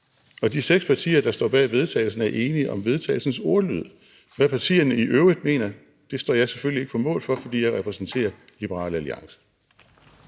De seks partier, der står bag vedtagelsesteksten, er enige om vedtagelsestekstens ordlyd. Hvad partierne i øvrigt mener, står jeg selvfølgelig ikke på mål for, fordi jeg repræsenterer Liberal Alliance.